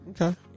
Okay